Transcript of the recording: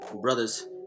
brothers